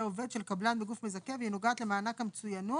עובד של קבלן בגוף מזכה והיא נוגעת למענק המצוינות.